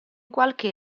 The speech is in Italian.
qualche